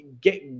get